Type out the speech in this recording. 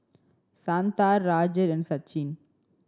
Santha Rajat and Sachin